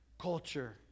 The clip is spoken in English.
culture